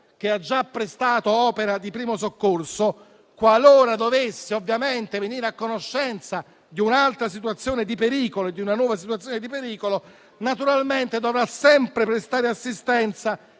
che ha già prestato opera di primo soccorso, qualora dovesse venire a conoscenza di un'altra e nuova situazione di pericolo, naturalmente dovrà sempre prestare assistenza